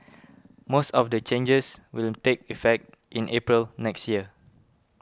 most of the changes will take effect in April next year